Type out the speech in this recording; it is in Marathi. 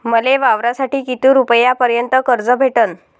मले वावरासाठी किती रुपयापर्यंत कर्ज भेटन?